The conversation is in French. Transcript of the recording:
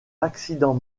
l’accident